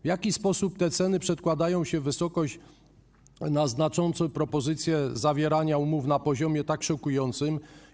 W jaki sposób te ceny przekładają się tak znacząco na propozycje zawierania umów na poziomie tak szokującym?